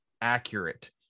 accurate